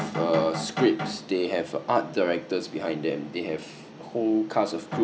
uh scripts they have art directors behind them they have whole casts of